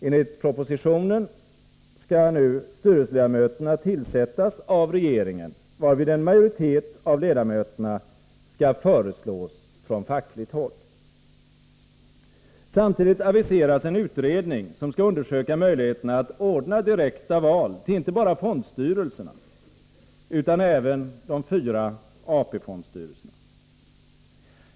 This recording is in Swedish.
Enligt propositionen skall nu styrelseledamöterna tillsättas av regeringen, varvid en majoritet av ledmöterna skall föreslås från fackligt håll. Samtidigt aviseras en utredning som skall undersöka möjligheterna att ordna direkta val till inte bara fondstyrelserna utan även de fyra AP-fondstyrelserna.